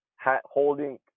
holding